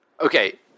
Okay